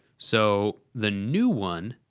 so the new one,